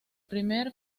primer